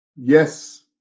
Yes